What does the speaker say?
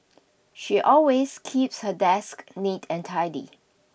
she always keeps her desk neat and tidy